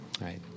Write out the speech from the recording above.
right